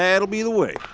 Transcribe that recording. that'll be the way.